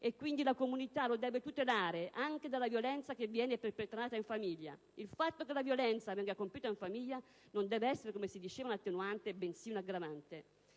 e quindi la comunità lo deve tutelare anche dalla violenza che viene perpetrata in famiglia. Il fatto che la violenza venga compiuta in famiglia non deve essere un'attenuante bensì un'aggravante.